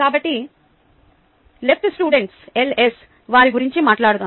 కాబట్టి left students వారి గురించి మాట్లాడుదాం